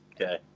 Okay